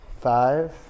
Five